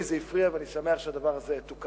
לי זה הפריע, ואני שמח שהדבר הזה תוקן.